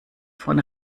von